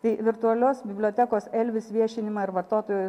tai virtualios bibliotekos elvis viešinimą ir vartotojų